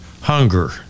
hunger